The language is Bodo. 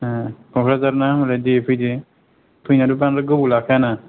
क'क्राझार ना होनबालाय दे फैदो फैनायाथ' बांद्राय गोबाव लाखाया ना